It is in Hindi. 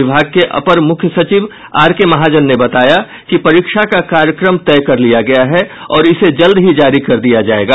विभाग के अपर मुख्य सचिव आर के महाजन ने बताया कि परीक्षा का कार्यक्रम तय कर लिया गया है और इसे जल्द ही जारी कर दिया जायेगा